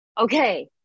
okay